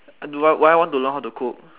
do I would I want to learn how to cook